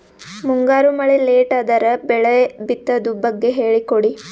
ಮುಂಗಾರು ಮಳೆ ಲೇಟ್ ಅದರ ಬೆಳೆ ಬಿತದು ಬಗ್ಗೆ ಹೇಳಿ ಕೊಡಿ?